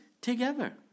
together